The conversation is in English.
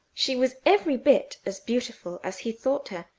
she was every bit as beautiful as he thought her,